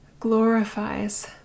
Glorifies